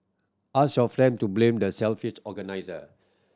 ask your friend to blame the selfish organiser